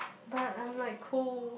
but I'm like cold